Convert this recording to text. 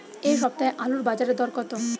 এ সপ্তাহে আলুর বাজারে দর কত?